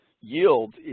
yield